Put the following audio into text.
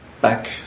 back